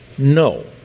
No